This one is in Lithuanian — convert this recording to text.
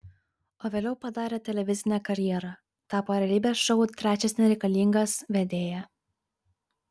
o vėliau padarė televizinę karjerą tapo realybės šou trečias nereikalingas vedėja